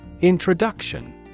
Introduction